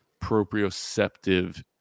proprioceptive